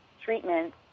treatment